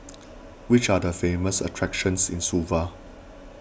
which are the famous attractions in Suva